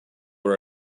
are